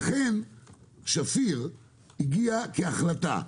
לכן שפיר הגיע כהחלטה.